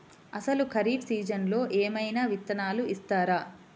అసలు ఖరీఫ్ సీజన్లో ఏమయినా విత్తనాలు ఇస్తారా?